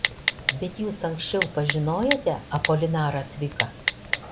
bet jūs anksčiau pažinojote apolinarą cviką